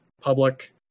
public